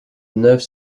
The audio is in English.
nerves